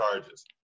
charges